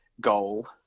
goal